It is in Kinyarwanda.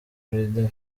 prudent